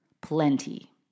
Plenty